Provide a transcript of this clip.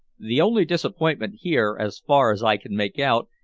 the only disappointment here, as far as i can make out,